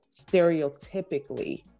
stereotypically